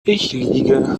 liege